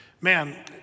Man